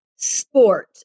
Sport